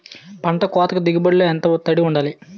పంట కోతకు దిగుబడి లో ఎంత తడి వుండాలి?